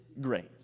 grace